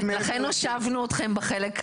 אבל ברור שאנחנו לא מציעים את זה לאחרים.